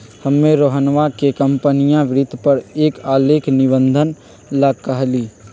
हम्मे रोहनवा के कंपनीया वित्त पर एक आलेख निबंध ला कहली